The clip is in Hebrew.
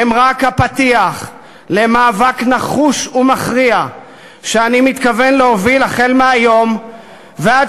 הם רק הפתיח למאבק נחוש ומכריע שאני מתכוון להוביל החל מהיום ועד